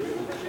בבקשה,